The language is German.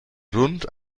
rund